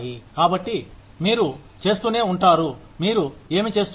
కాబట్టి మీరు చేస్తూనే ఉంటారు మీరు ఏమి చేస్తున్నారో